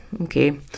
Okay